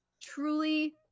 truly